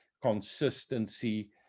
consistency